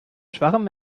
schwachem